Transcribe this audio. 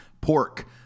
pork